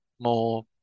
more